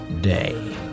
day